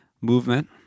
Movement